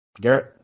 Garrett